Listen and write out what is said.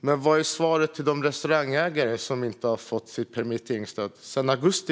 Men vad är svaret till de restaurangägare som inte har fått sitt permitteringsstöd sedan augusti?